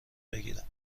بگیرم